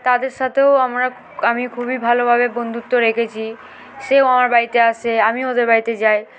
তাদের সাথেও আমরা আমি খুবই ভালোভাবে বন্ধুত্ব রেখেছি সেও আমার বাড়িতে আসে আমিও ওদের বাড়িতে যাই